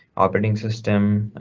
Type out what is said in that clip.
operating system,